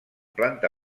planta